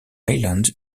islands